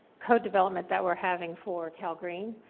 code development that we're having for calgreen.